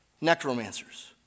Necromancers